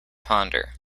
ponder